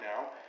now